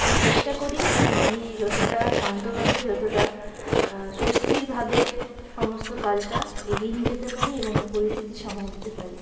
আমি চেষ্টা করি আমি যতটা শান্তভাবে যতটা সুস্থিরভাবে সমস্ত কাজটা এগিয়ে নিয়ে যেতে পারি এবং পরিস্থিতি সামাল দিতে পারি